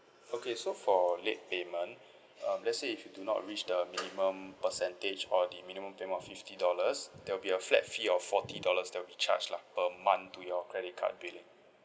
okay so for late payment um let's say if you do not reach the minimum percentage or the minimum payment of fifty dollars there'll be a flat fee of forty dollars that'll be charged lah per month to your credit card billing